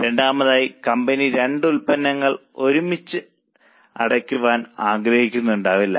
രണ്ടാമതായി കമ്പനി 2 ഉൽപന്നങ്ങൾ ഒരുമിച്ച് അടയ്ക്കുവാൻ ആഗ്രഹിക്കുന്നുണ്ടാവില്ല